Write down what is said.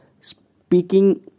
speaking